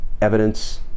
evidence